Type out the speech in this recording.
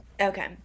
okay